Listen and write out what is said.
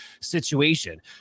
situation